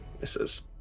Misses